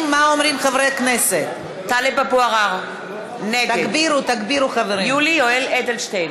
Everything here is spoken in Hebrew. נגד טלב אבו עראר, נגד יולי יואל אדלשטיין,